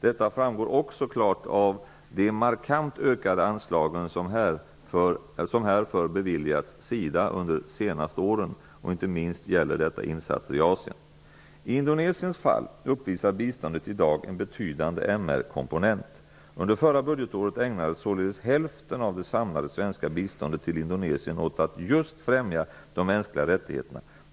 Detta framgår också klart av de markant ökade anslagen som härför beviljats SIDA under de senaste åren, och inte minst gäller detta insatser i I Indonesiens fall, uppvisar biståndet i dag en betydande MR-komponent. Under förra budgetåret ägnades således hälften av det samlade svenska biståndet till Indonesien åt att just främja de mänskliga rättigheterna.